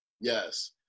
Yes